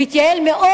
והתייעל מאוד,